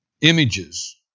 images